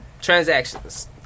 transactions